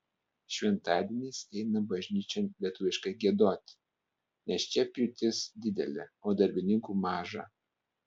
šventadieniais eina bažnyčion lietuviškai giedoti nes čia pjūtis didelė o darbininkų maža